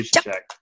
check